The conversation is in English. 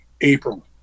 april